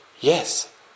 Yes